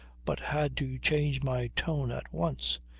but had to change my tone at once.